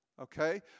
okay